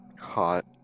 hot